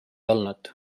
olnud